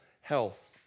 health